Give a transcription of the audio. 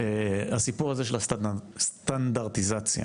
הסיפור הזה של הסטנדרטיזציה